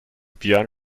björn